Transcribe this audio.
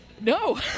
No